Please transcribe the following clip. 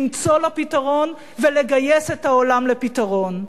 למצוא לה פתרון ולגייס את העולם לפתרון.